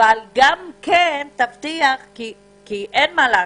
אין מה לעשות,